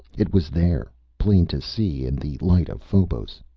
it was there, plain to see, in the light of phobos.